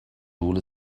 rule